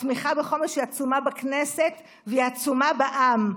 התמיכה בחומש היא עצומה בכנסת, והיא עצומה בעם.